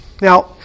Now